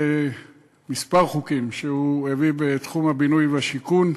למספר חוקים שהוא הביא בתחום הבינוי והשיכון,